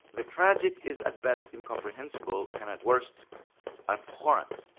the tragic is at best incomprehensible and at worst abhorrent.